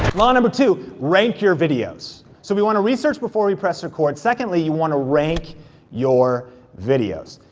law number two, rank your videos. so we wanna research before we press record, secondly, you wanna rank your videos.